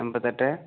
എൺപത്തെട്ട്